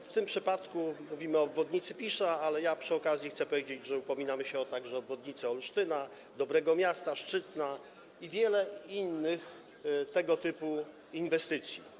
W tym przypadku mówimy o obwodnicy Pisza, ale przy okazji chcę powiedzieć, że upominamy się także o obwodnice Olsztyna, Dobrego Miasta, Szczytna i o wiele innych tego typu inwestycji.